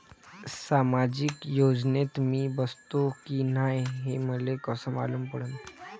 सामाजिक योजनेत मी बसतो की नाय हे मले कस मालूम पडन?